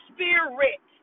Spirit